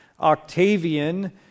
Octavian